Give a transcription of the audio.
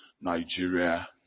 Nigeria